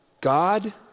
God